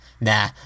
nah